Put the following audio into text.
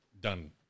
done